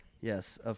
yes